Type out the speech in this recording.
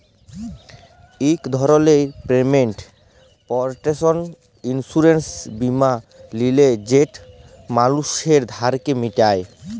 ইক ধরলের payment protection insurance বীমা লিলে যেট মালুসের ধারকে মিটায়